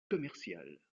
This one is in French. commerciale